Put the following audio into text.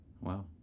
Wow